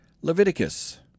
Leviticus